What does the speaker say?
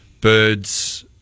birds